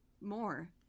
more